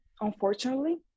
unfortunately